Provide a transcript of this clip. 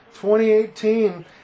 2018